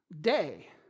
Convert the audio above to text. day